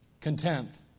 Contempt